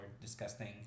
disgusting